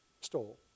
stole